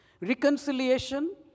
Reconciliation